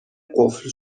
قفل